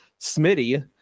smitty